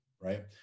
right